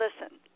listen